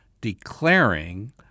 Declaring